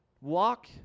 Walk